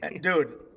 Dude